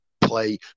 play